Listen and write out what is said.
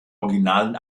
originalen